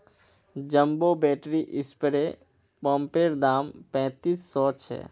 jumbo battery spray पंपैर दाम पैंतीस सौ छे